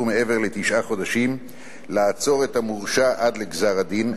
מעבר לתשעה חודשים לעצור את המורשע עד לגזר-הדין,